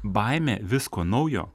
baimė visko naujo